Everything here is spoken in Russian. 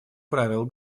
правил